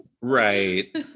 right